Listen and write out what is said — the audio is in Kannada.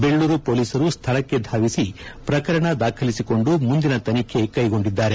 ಬೆಳ್ಳೂರು ಪೊಲೀಸರು ಸ್ದಳಕ್ಕೆ ಧಾವಿಸಿ ಪ್ರಕರಣ ದಾಖಲಿಸಿಕೊಂಡು ಮುಂದಿನ ತನಿಖೆ ಕೈಗೊಂಡಿದ್ದಾರೆ